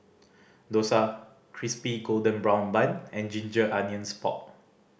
dosa Crispy Golden Brown Bun and ginger onions pork